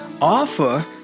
offer